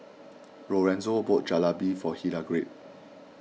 Lorenzo bought Jalebi for Hildegard